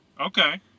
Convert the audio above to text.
Okay